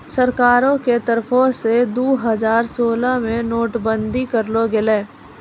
सरकारो के तरफो से दु हजार सोलह मे नोट बंदी करलो गेलै